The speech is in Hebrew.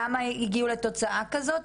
למה הגיעו לתוצאה כזאת.